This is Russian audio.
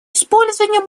использования